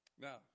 Now